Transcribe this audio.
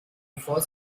bevor